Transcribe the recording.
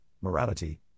morality